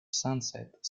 sunset